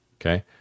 okay